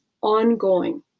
ongoing